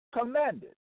commanded